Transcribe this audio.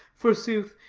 forsooth,